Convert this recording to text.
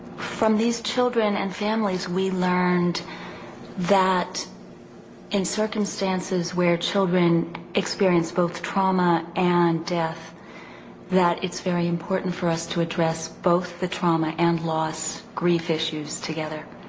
from these children and families we learned that in circumstances where children experience both trauma and death that it's very important for us to address both the trauma and loss grief issues together.